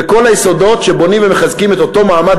בכל היסודות שבונים ומחזקים את אותו מעמד